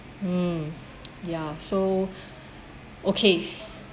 mm ya so okay